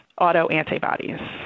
autoantibodies